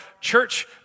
church